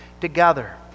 together